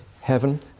heaven